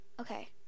Okay